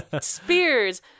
Spears